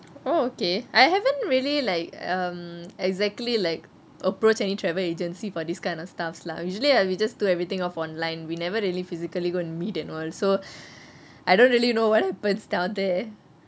oh okay I haven't really like um exactly like approach any travel agency for this kind of stuffs lah usually we just do everything off online we never really physically go meet and all so I don't really know what happens down there